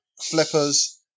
flippers